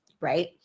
right